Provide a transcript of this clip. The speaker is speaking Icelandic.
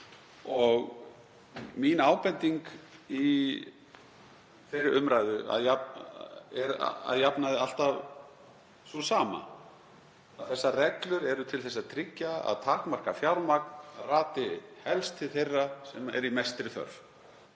Mín ábending í þeirri umræðu er að jafnaði alltaf sú sama, að þessar reglur eru til að tryggja að takmarkað fjármagn rati helst til þeirra sem eru í mestri þörf.